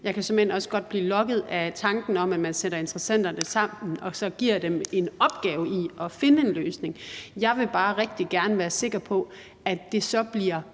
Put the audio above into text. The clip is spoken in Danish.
jeg kan såmænd også godt blive lokket af tanken om, at man sætter interessenterne sammen og giver dem den opgave at finde en løsning, er, at jeg bare rigtig gerne vil være sikker på, at det så bliver